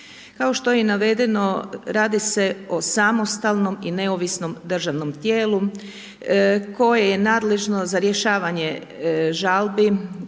Kao što je i navedeno, radi se o samostalnom i neovisnom državnom tijelu koje je nadležno za rješavanje žalbi i to